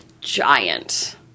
giant